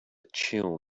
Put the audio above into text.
chill